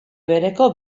bereko